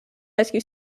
rescue